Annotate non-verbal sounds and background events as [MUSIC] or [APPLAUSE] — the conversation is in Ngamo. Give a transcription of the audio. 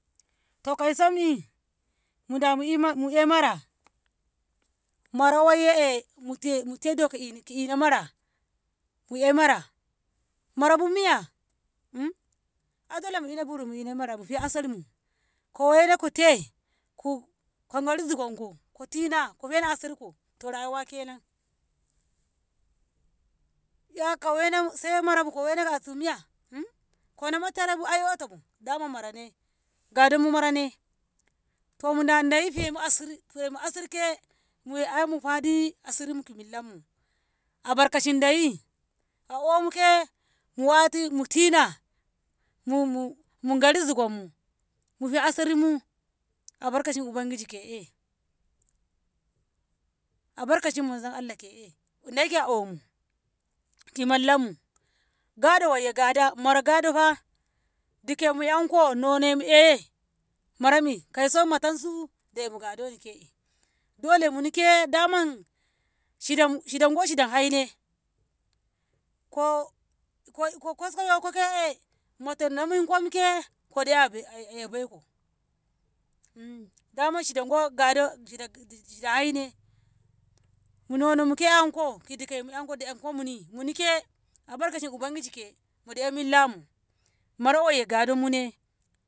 To kausomi muda mu'i- mu'eh mara wayye e' mute- mute dok'eni mu'e mara, mu'e mara, marabu miya [HESITATION] ai dole mu'ina burum mu'ina marabu biya asarmu koweno kute ku- kogori zigonko ko tina ko fena asirko to rayuwa kenan 'ya kowena sai marabu kowena kasu miya [HESITATION] konama tarebu ai yoto bu daman mara gadonmu marane to muda dai femu asir- femu asirke muwoye 'yamu fadi asirmu ki millanmu albarkaci dai, a omuke mu wati mutina mu- mugari zigommu mufe asirmu albakaci ubangijike'e albarkancin manzon Allah ke'e daike omu ki mallanmu gado wayye gada mara gado fah dukemu 'yanko nonemu e'e' mirami kauso matansu daiko gadole ke'e dole munike daman shidam- shida go shida shida hai ne ko- ko- ko- kosko yoko ke'e motennamin komke ko de'e 'ya a- a- abeiko [HESITATION] daman shida go kado kina jij- haine munonomu ke anko ki dikemu de'ekomuni munike albakashi ubangiji ke mude'e millamu mara wayye gadonmu ne.